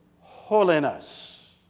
holiness